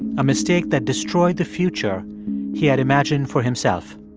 a mistake that destroyed the future he had imagined for himself.